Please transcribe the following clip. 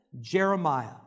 Jeremiah